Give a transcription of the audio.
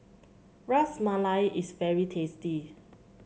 Ras Malai is very tasty